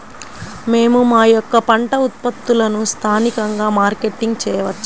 మేము మా యొక్క పంట ఉత్పత్తులని స్థానికంగా మార్కెటింగ్ చేయవచ్చా?